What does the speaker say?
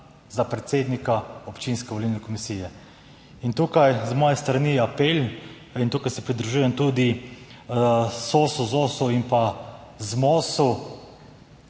za predsednika občinske volilne komisije. Tukaj z moje strani apel in tukaj se pridružujem tudi SOS, ZOS in pa ZMOS,